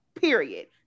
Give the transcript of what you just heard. period